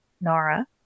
Nara